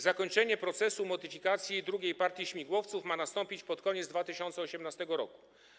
Zakończenie procesu modernizacji drugiej partii śmigłowców ma nastąpić pod koniec 2018 r.